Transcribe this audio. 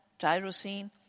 tyrosine